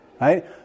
right